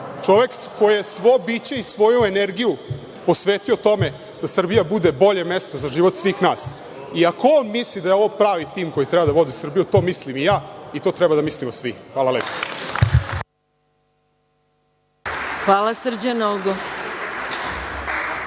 čovek koji je svo biće i svoju energiju posvetio tome da Srbija bude bolje mesto za život svih nas i ako on misli da je ovo pravi tim koji treba da vodi Srbiju, to mislim i ja i to treba da mislimo svi. Hvala lepo. **Maja Gojković** Hvala. Reč